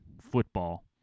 football